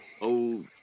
old